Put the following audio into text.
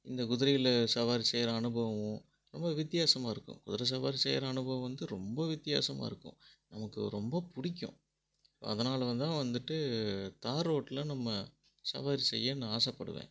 இந்த குதிரையில் சவாரி செய்யற அனுபவமும் ரொம்ப வித்யாசமாக இருக்கும் குதிர சவாரி செய்யற அனுபவம் வந்து ரொம்ப வித்யாசமாக இருக்கும் நமக்கு ரொம்ப பிடிக்கும் அதனால தான் வந்துவிட்டு தார் ரோட்டில் நம்ம சவாரி செய்ய நான் ஆசைப்படுவேன்